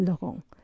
Laurent